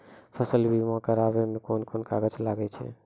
फसल बीमा कराबै मे कौन कोन कागज लागै छै?